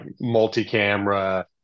multi-camera